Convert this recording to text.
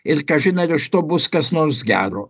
ir kažin ar iš to bus kas nors gero